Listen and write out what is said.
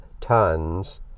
tons